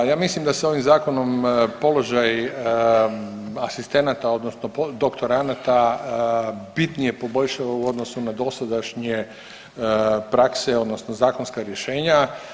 Da, ja mislim da se ovim zakonom položaj asistenata odnosno doktoranada bitnije poboljšava u odnosu na dosadašnje prakse odnosno zakonska rješenja.